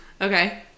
Okay